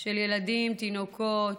של ילדים, תינוקות,